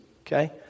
Okay